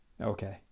Okay